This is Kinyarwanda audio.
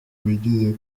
bigize